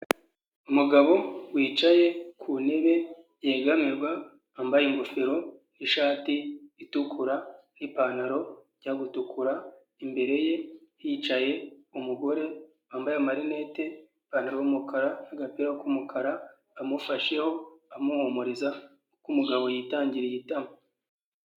Umugabo wicaye ku ntebe yegamirwa yambaye ingofero n'ishati itukura n'ipantaro ijya gutukura, imbere ye hicaye umugore wambaye amarinete, ipantaro y'umukara n'agapira k'umukara amufasheho amuhumuriza kuko umugabo yitangiriye itama.